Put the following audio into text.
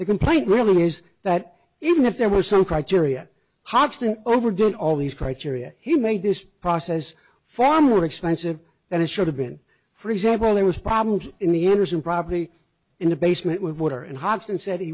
the complaint really is that even if there was some criteria hoxton over doing all these criteria he made this process far more expensive than it should have been for example there was problems in the air isn't properly in the basement with water and hobson said he